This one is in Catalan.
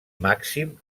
màxim